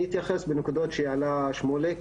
אני אתייחס לנקודות שהעלה שמוליק,